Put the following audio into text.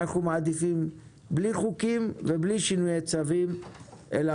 אנו מעדיפים בלי חוקים ובלי שינויי צווים אלא